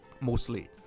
mostly